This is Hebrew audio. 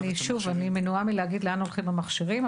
שוב, אני מנועה מלהגיד לאן הולכים המכשירים.